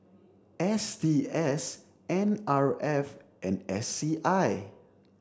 S T S N R F and S C I